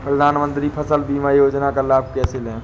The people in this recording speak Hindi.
प्रधानमंत्री फसल बीमा योजना का लाभ कैसे लें?